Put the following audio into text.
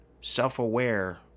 self-aware